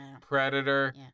Predator